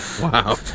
Wow